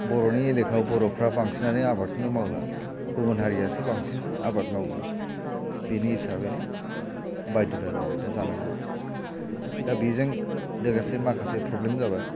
बर'नि एलेकायाव बर'फ्रा बांसिनानो आबादखौनो मावला गुबुन हारियासो बांसिन आबाद मावो बेनि हिसाबैनो बायध'टा जाबाय दा जानांगौ दा बेजों लोगोसे माखासे प्रब्लेम जाबाय